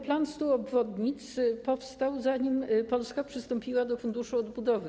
Plan 100 obwodnic powstał, zanim Polska przystąpiła do Funduszu Odbudowy.